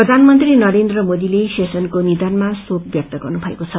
प्रधानमन्त्री नरेन्द्र मोदीले शेषनको निधनमा शोक व्यक्त गर्नुभएको छ